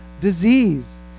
disease